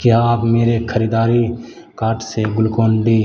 क्या आप मेरे ख़रीदारी कार्ट से ग्लुकोन डी